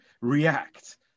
react